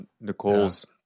Nicole's